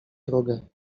drogę